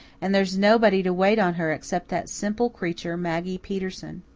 and there's nobody to wait on her except that simple creature, maggie peterson.